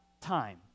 time